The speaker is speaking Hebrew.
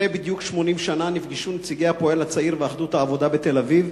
לפני בדיוק 80 שנה נפגשו נציגי "הפועל הצעיר" ו"אחדות העבודה" בתל-אביב